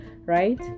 right